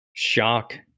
shock